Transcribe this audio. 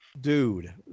Dude